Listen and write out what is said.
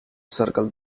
circle